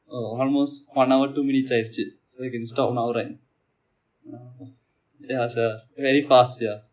oh almost one hour two minutes ஆகி விட்டது:aagi vitathu so you can stop now right ya sia very fast sia